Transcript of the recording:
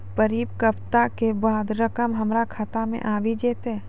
परिपक्वता के बाद रकम हमरा खाता मे आबी जेतै?